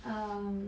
um